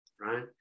right